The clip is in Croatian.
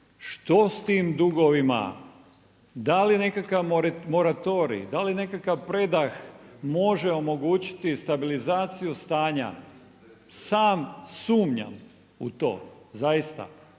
Što s tim dugovima, da li nekakav moratorij, da li nekakav predah može omogućiti stabilizaciju stanja, sam sumnjam u to zaista.